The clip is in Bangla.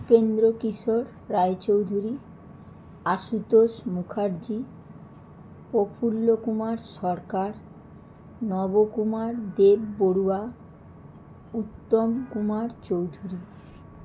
উপেন্দ্রকিশোর রায় চৌধুরী আশুতোষ মুখার্জি প্রফুল্ল কুমার সরকার নবকুমার দেব বড়ুয়া উত্তম কুমার চৌধুরী